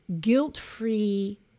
guilt-free